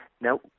now